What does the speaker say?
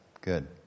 good